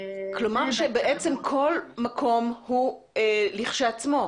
בעצם כל מקום הוא לכשעצמו.